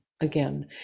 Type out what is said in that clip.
again